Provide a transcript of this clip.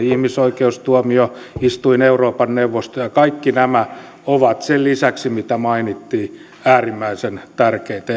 ihmisoikeustuomioistuin euroopan neuvosto kaikki nämä ovat sen lisäksi mitä mainittiin äärimmäisen tärkeitä